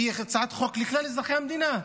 שהיא הצעת חוק לכלל אזרחי המדינה.